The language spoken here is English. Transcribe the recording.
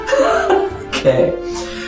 Okay